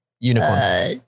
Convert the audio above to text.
Unicorn